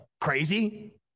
crazy